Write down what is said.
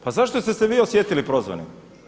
Pa zašto ste se vi osjetili prozvanim?